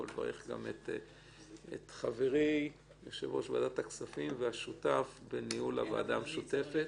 נברך את חברי יושב-ראש ועדת הכספים והשותף בניהול הוועדה המשותפת.